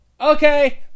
okay